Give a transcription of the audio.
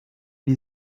die